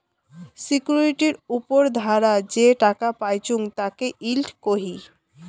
সিকিউরিটির উপর ধারা যে টাকা পাইচুঙ তাকে ইল্ড কহি